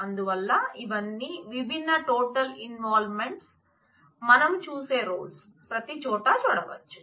అందువల్ల ఇవన్నీ విభిన్న టోటల్ ఇన్వాల్వ్మెంట్స్ ప్రతి చోట చూడవచ్చు